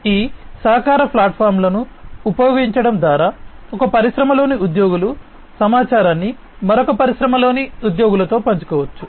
ఈ సహకార ప్లాట్ఫారమ్లను ఉపయోగించడం ద్వారా ఒక పరిశ్రమలోని ఉద్యోగులు సమాచారాన్ని మరొక పరిశ్రమలోని ఉద్యోగులతో పంచుకోవచ్చు